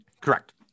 Correct